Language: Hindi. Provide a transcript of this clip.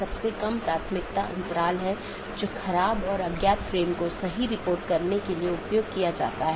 इसलिए एक पाथ वेक्टर में मार्ग को स्थानांतरित किए गए डोमेन या कॉन्फ़िगरेशन के संदर्भ में व्यक्त किया जाता है